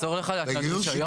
נציג היועץ משפטי של